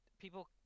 People